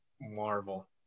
marvel